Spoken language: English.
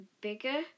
bigger